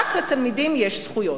רק לתלמידים יש זכויות,